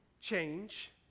change